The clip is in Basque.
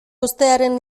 uztearen